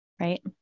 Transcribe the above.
right